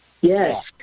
Yes